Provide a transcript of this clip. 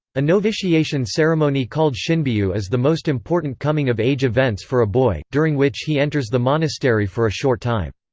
a novitiation ceremony called shinbyu is the most important coming of age events for a boy, during which he enters the monastery for a short time.